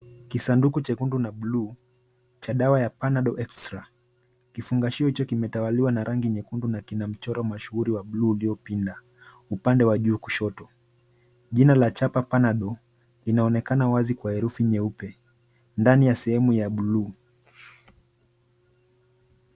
Kisanduku chekundu na bluu cha dawa ya panadol extra. Kifungashio hicho kiletawaliwa na rangi nyekundu na kina mchoro mashuhuri wa bluu ulio pinda upande wa juu kushoto . Jina la chapa panadol linaonekana wazi kwa herufi nyeupe ndani ya sehemu ya bluu.